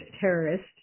terrorist